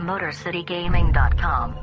MotorCityGaming.com